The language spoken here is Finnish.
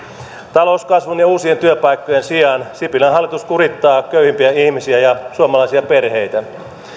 talouskasvun ja uusien työpaikkojen sijaan sipilän hallitus kurittaa köyhimpiä ihmisiä ja suomalaisia perheitä